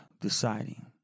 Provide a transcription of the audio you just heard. deciding